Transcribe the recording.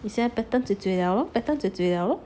你现在 pattern lor pattern 了 lor